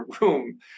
room